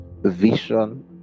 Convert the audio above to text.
Vision